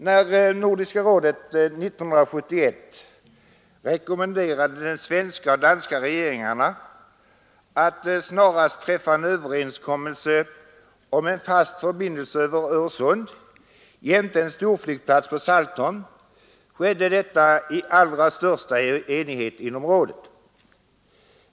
När Nordiska rådet 1971 rekommenderade de svenska och danska regeringarna att snarast träffa en överenskommelse om en fast förbindelse över Öresund jämte en storflygplats på Saltholm skedde detta i allra största enighet inom rådet.